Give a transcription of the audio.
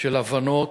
של הבנות,